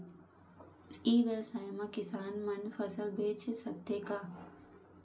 ई व्यवसाय म किसान मन फसल बेच सकथे का?